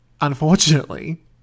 unfortunately